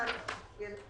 בשנה מסוימת,